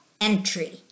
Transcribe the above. entry